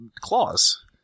claws